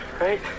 right